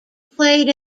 played